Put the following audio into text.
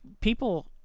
people